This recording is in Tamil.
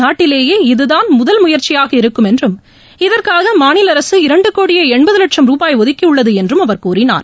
நாட்டிலேயே இதுதான் முதல் முயற்சியாக இருக்கும் என்றும் இதற்காக மாநில அரசு இரண்டு கோடியே எண்பது லட்சம் ரூபாய் ஒதுக்கியுள்ளது என்றும் கூறினார்